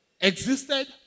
Existed